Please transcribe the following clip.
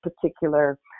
particular